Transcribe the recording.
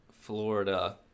Florida